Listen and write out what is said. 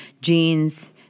jeans